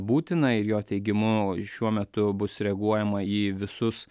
būtina ir jo teigimu šiuo metu bus reaguojama į visus